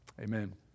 Amen